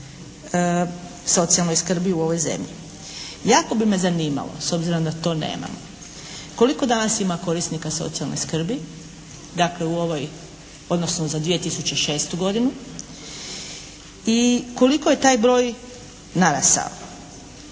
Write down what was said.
više je na socijalnoj skrbi u ovoj zemlji. Jako bi me zanimalo s obzirom da to nemam, koliko danas ima korisnika socijalne skrbi dakle u ovoj odnosno za 2006. godinu? I koliko je taj broj narastao?